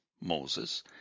Moses